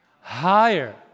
higher